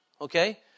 Okay